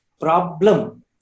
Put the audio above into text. problem